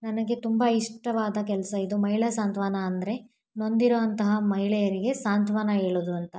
ನನಗೆ ತುಂಬ ಇಷ್ಟವಾದ ಕೆಲಸ ಇದು ಮಹಿಳಾ ಸಾಂತ್ವನ ಅಂದರೆ ನೊಂದಿರೋ ಅಂತಹ ಮಹಿಳೆಯರಿಗೆ ಸಾಂತ್ವಾನ ಹೇಳೋದು ಅಂತ